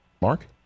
mark